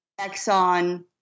Exxon